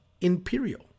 Imperial